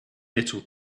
little